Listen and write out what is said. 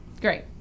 Great